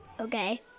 Okay